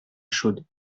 chaude